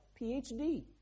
PhD